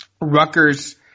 Rutgers